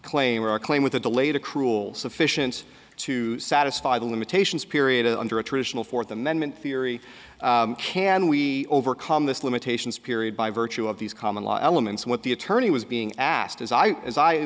claim or a claim with a delay to cruel sufficient to satisfy the limitations period under a traditional fourth amendment theory can we overcome this limitations period by virtue of these common law elements what the attorney was being asked as i as i